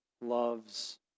loves